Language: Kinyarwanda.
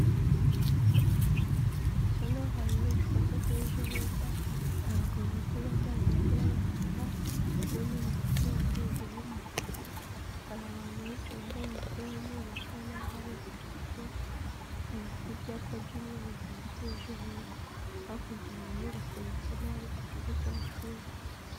Hasa naho habere igikorwa cya Ejo heza, hari abagabo bane bambaye imipira y'umukara, n'undi mugore wambaye ijire y'umuhodo, hari abantu benshi bambaye imipira y'umweru bisa naho hari urubyiruko, bafite ibyapa by'umweru byanditseho Ejo heza, hakurya hari inyubako birasa naho ari ku kigo cy'amashuri.